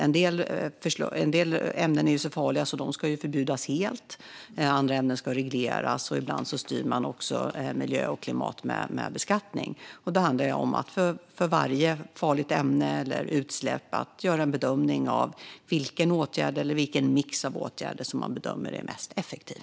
En del ämnen är så farliga att de ska förbjudas helt, medan andra ämnen ska regleras. Ibland styr man också när det gäller miljö och klimat med beskattning. Det handlar om att för varje farligt ämne eller utsläpp göra en bedömning av vilken åtgärd eller vilken mix av åtgärder som är mest effektiv.